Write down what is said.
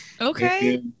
Okay